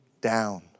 down